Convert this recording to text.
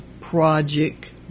project